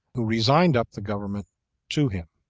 who resigned up the government to him.